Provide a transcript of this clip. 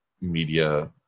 media